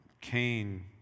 Cain